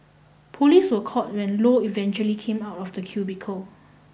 police were called when Low eventually came out of the cubicle